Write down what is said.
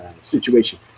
situation